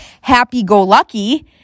happy-go-lucky